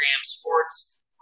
Sports